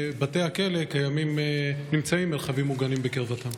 בבתי הכלא יש מרחבים מוגנים בקרבתם?